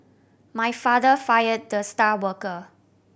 my father fire the star worker